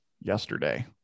yesterday